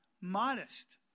modest